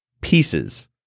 pieces